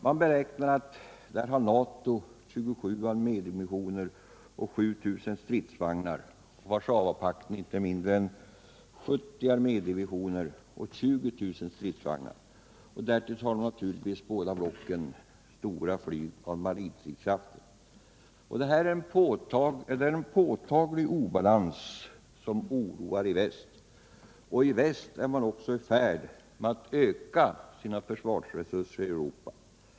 Inom området beräknas NATO ha 27 armédivisioner och 7 000 stridsvagnar och Warszawapakten inte mindre än 70 armédivisioner och 20 000 stridsvagnar. Därtill har naturligtvis båda blocken stora flyg och marinstridskrafter. Detta är en påtaglig obalans som oroar i väst. I väst är man också i färd med att öka sina försvarsresurser i Europa.